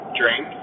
drink